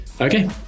okay